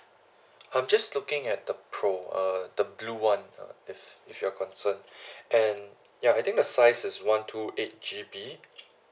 I'm just looking at the pro uh the blue one uh if if you're concerned and ya I think the size is one two eight G_B